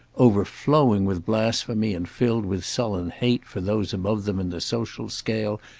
overflowing with blasphemy and filled with sullen hate for those above them in the social scale,